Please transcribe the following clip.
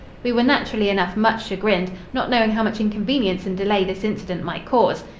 we were naturally enough much chagrined, not knowing how much inconvenience and delay this incident might cause.